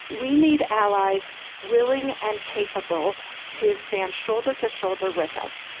we need allies willing and capable to stand shoulder-to-shoulder with us.